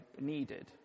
needed